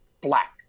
Black